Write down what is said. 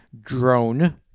drone